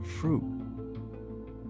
fruit